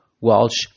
Walsh